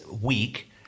week